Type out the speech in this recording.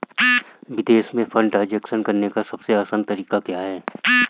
विदेश में fund transfer करने का सबसे आसान तरीका क्या है?